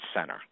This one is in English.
center